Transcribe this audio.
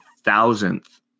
thousandth